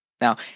Now